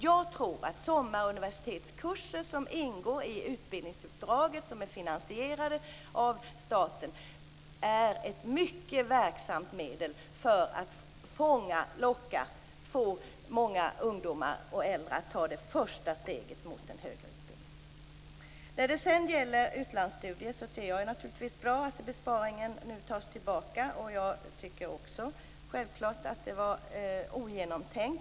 Jag tror att sommaruniversitetskurser som ingår i utbildningsuppdraget och är finansierade av staten skulle vara ett mycket verksamt medel för att locka många ungdomar och äldre att ta det första steget mot en högre utbildning. När det sedan gäller utlandsstudier är det naturligtvis bra att besparingen nu tas tillbaka. Självklart tycker jag också att den var ogenomtänkt.